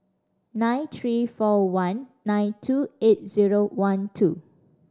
nine three four one nine two eight zero one two